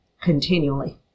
continually